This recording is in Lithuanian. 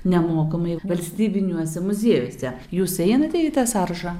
nemokamai valstybiniuose muziejuose jūs įeinate į tą sąrašą